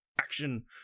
action